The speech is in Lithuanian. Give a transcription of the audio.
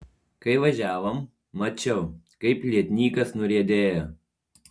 kai važiavom mačiau kaip lietnykas nuriedėjo